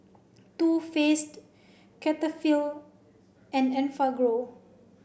too Faced Cetaphil and Enfagrow